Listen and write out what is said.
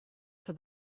for